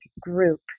group